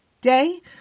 day